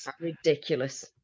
ridiculous